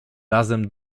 razem